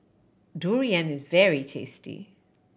durian is very tasty